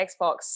Xbox